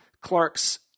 Clark's